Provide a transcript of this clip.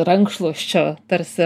rankšluosčio tarsi